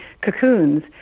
cocoons